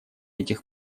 этих